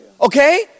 okay